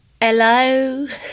Hello